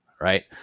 right